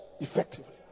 effectively